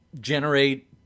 generate